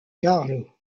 carlo